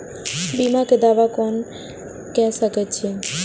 बीमा के दावा कोना के सके छिऐ?